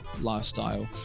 lifestyle